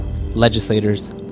Legislators